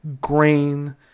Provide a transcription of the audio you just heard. grain